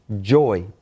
joy